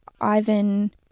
Ivan